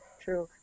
true